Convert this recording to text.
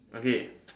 okay